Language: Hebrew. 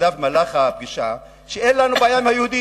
מה שאמר קדאפי במהלך הפגישה: אין לנו בעיה עם היהודים,